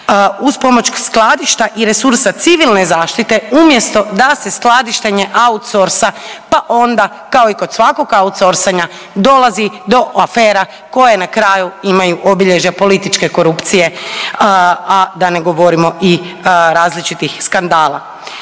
uz pomoć skladišta i resursa Civilne zaštite umjesto da se skladištenje outsorsa pa onda kao i kod svakog outsorsanja dolazi do afera koje na kraju imaju obilježja političke korupcije, a da ne govorimo i različitih skandala.